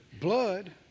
blood